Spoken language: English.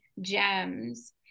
gems